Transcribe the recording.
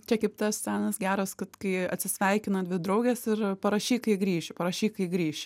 čia kaip tas senas geras kad kai atsisveikina dvi draugės ir parašyk kai grįši parašyk kai grįši